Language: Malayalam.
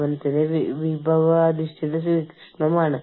കൂടാതെ ഇതെല്ലാം ബജറ്റ് ചെയ്യുന്നത് വളരെ ബുദ്ധിമുട്ടാണ്